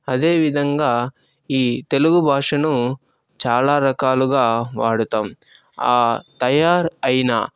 అదే విధంగా ఈ తెలుగు భాషను చాలా రకాలుగా వాడుతాం ఆ తయారయిన